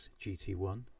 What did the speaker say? GT1